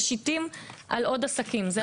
משיתים על עוד עסקים.